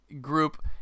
group